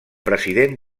president